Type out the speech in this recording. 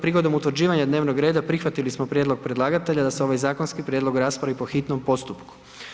Prigodom utvrđivanja dnevnog reda prihvatili smo prijedlog predlagatelja da se ovaj zakonski prijedlog raspravi po hitnom postupku.